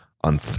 on